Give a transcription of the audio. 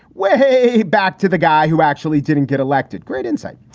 way back to the guy who actually didn't get elected. great insight.